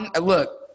Look